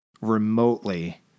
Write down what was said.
remotely